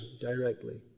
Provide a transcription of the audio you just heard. directly